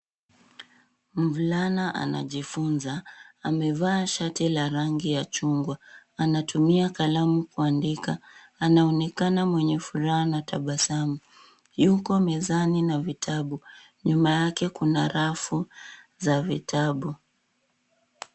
Mvulana anajifunza. Amevaa shati ya rangi ya chungwa. Anatumia kalamu kuandika. Anaonekana mwenye furaha na tabasamu. Yuko mezani na vitabu. Nyuma yake kuna rafu za vitabu.